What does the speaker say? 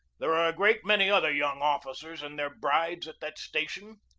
there were a great many other young officers and their brides at that station.